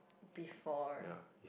before